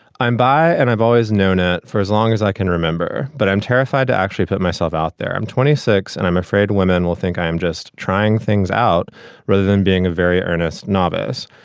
i'm by and i've always known it for as long as i can remember, but i'm terrified to actually put myself out there. i'm twenty six and i'm afraid women will think i am just trying things out rather than being a very earnest novice.